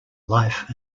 life